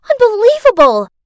Unbelievable